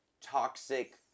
toxic